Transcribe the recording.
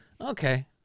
okay